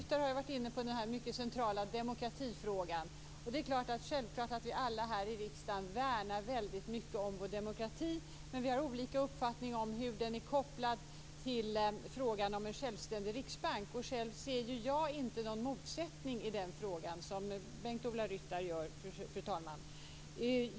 Fru talman! Bengt-Ola Ryttar har varit inne på den mycket centrala demokratifrågan. Det är självklart att vi alla här i riksdagen värnar väldigt mycket om vår demokrati, men vi har olika uppfattning om hur den är kopplad till frågan om en självständig riksbank. Själv ser jag ingen motsättning i den frågan, vilket Bengt-Ola Ryttar gör.